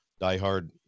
diehard